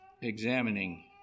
examining